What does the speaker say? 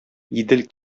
идел